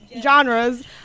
genres